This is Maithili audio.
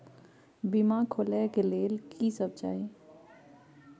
बीमा खोले के लेल की सब चाही?